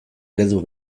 eredu